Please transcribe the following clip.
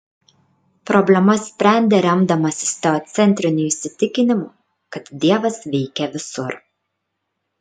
problemas sprendė remdamasis teocentriniu įsitikinimu kad dievas veikia visur